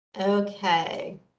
Okay